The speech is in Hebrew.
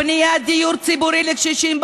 בניית דיור ציבורי לקשישים,